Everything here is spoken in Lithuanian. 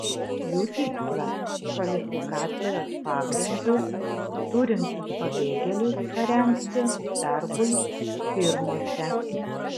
jų tikslas kvalifikacijos pagrindus turinčius pabėgėlius parengti darbui firmose